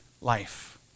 life